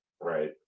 Right